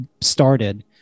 started